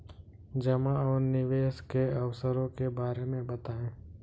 जमा और निवेश के अवसरों के बारे में बताएँ?